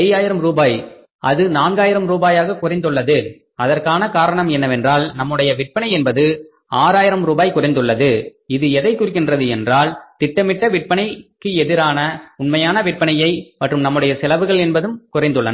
5000 ரூபாய் அது நான்காயிரம் ரூபாயாக குறைந்துள்ளது அதற்கான காரணம் என்னவென்றால் நம்முடைய விற்பனை என்பது 6000 ரூபாய் குறைந்துள்ளது இது எதைக் குறிக்கிறது என்றால் திட்டமிட்ட விற்பனைக்கு எதிரான உண்மையான விற்பனையை மற்றும் நம்முடைய செலவுகள் என்பதும் குறைந்துள்ளன